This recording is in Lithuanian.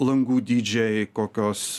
langų dydžiai kokios